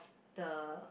the